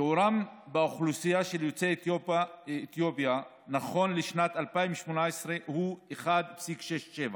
שיעורם באוכלוסייה של יוצאי אתיופיה נכון לשנת 2018 הוא 1.67%,